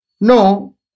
No